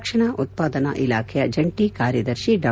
ರಕ್ಷಣಾ ಉತ್ಪಾದನಾ ಇಲಾಖೆಯ ಜಂಟಿ ಕಾರ್ಯದರ್ಶಿ ಡಾ